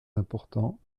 importants